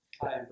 Hi